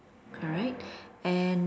correct and